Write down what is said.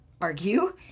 argue